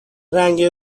رنگ